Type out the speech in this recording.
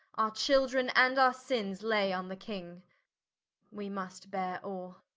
our children, and our sinnes, lay on the king we must beare all.